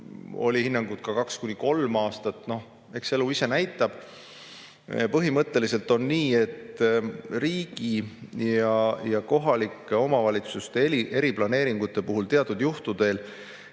ka hinnangut, et kahe-kolme aasta võrra. Noh, eks elu ise näitab. Põhimõtteliselt on nii, et riigi ja kohalike omavalitsuste eriplaneeringute puhul saab teatud juhtudel